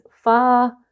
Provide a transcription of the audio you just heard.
far